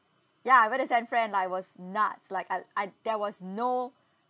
ya I went to san fran lah it was nuts like I I there was no